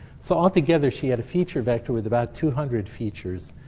so altogether, she had a feature vector with about two hundred features.